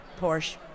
Porsche